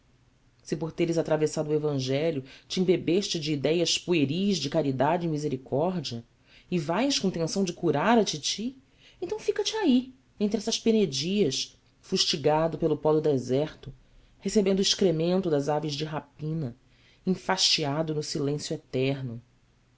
se por teres atravessado o evangelho te embebeste de idéias pueris de caridade e misericórdia vais com tenção de curar a titi então fica-te aí entre essas penedias fustigado pelo pó do deserto recebendo o excremento das aves de rapina enfastiado no silêncio eterno